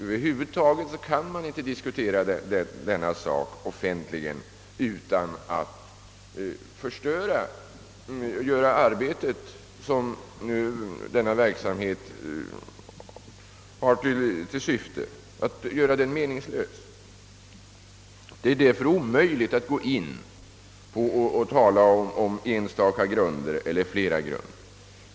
Över huvud taget kan man inte diskutera denna sak offentligen utan att förstöra det arbete, som denna verksamhet syftar till, eller göra det meningslöst. Det är därför omöjligt att gå in på någon eller några enstaka grunder.